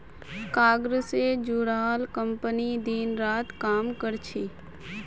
cargo से जुड़ाल company दिन रात काम कर छे